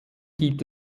gibt